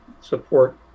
support